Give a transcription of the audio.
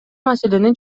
маселени